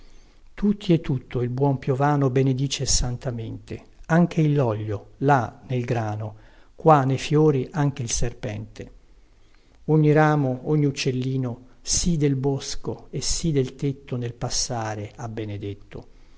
tutti e tutto il buon piovano benedice santamente anche il loglio là nel grano qua ne fiori anche il serpente ogni ramo ogni uccellino sì del bosco e sì del tetto nel passare ha benedetto